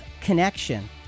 connection